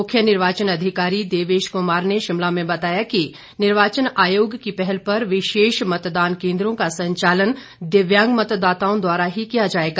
मुख्य निर्वाचन अधिकारी देवेश कुमार ने शिमला में बताया कि निर्वाचन आयोग की पहल पर विशेष मतदान केंद्रों का संचालन दिव्यांग मतदाताओं द्वारा ही किया जाएगा